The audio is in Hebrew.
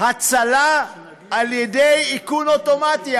הצלה על ידי איכון אוטומטי.